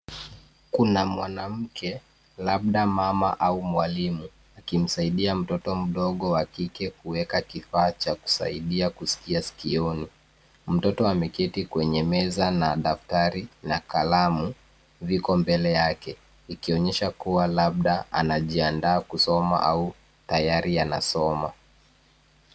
Kuna mwanamke labda mama au mwalimu akimsaidia mtoto mdogo wa kike kuweka kifaa cha kusaidia kusikia sikioni. Mtoto ameketi kwenye meza na daftari na kalamu ziko mbele yake ikionyesha kuwa labda anajiandaa kusoma au tayari anasoma.